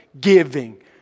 giving